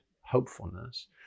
hopefulness